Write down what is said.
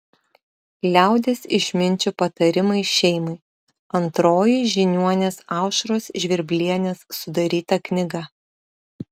liaudies išminčių patarimai šeimai antroji žiniuonės aušros žvirblienės sudaryta knyga